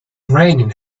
raining